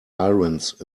irons